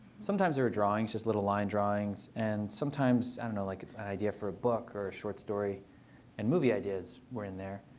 sometimes they were drawings, just little line drawings. and sometimes, i don't know, like an idea for a book or a short story and movie ideas were in there.